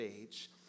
age